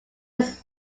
his